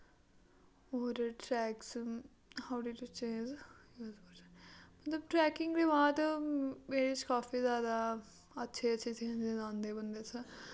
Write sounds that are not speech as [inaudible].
और ट्रैक्स [unintelligible] मतलव ट्रैकिंग दे बाद एह्दे च काफी जैदा अच्छे अच्छे चेंजिस आंदे बंदे च